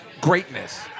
greatness